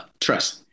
trust